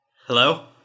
Hello